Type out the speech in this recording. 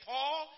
Paul